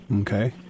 Okay